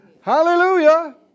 Hallelujah